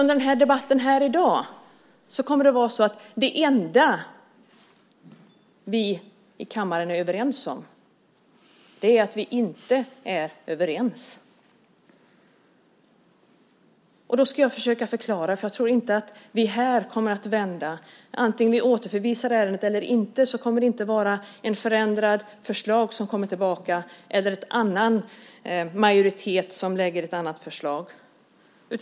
Under debatten här i dag tror jag att det enda vi i kammaren är överens om är att vi inte är överens. Jag ska försöka förklara. Jag tror inte att vi kommer att vända här. Om vi återförvisar ärendet kommer det inte att vara ett förändrat förslag som kommer tillbaka eller en annan majoritet som lägger ett annat förslag.